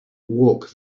walk